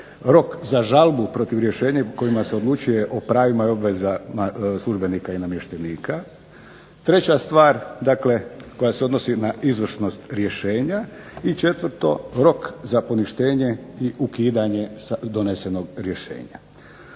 rok za žalbu protiv rješenja kojima se odlučuje o pravima i obvezama službenika i namještenika; treća stvar dakle koja se odnosi na izvršnost rješenja i četvrto, rok za poništenje i ukidanje donesenog rješenja.